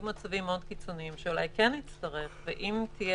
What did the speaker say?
מצבים מאוד קיצוניים שאולי כן נצטרך ואם תהיה